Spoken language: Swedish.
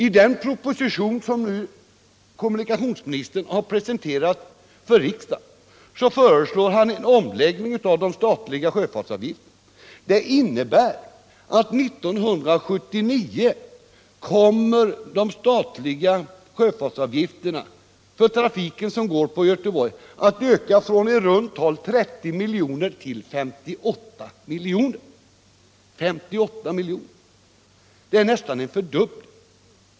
I den proposition som kommunikationsministern nu har presenterat för riksdagen föreslår han en omläggning av de statliga sjöfartsavgifterna som innebär att år 1979 kommer de statliga sjöfartsavgifterna för trafik som går på Göteborg att öka från i runt tal 30 miljoner till 58 miljoner. Det är nästan en fördubbling.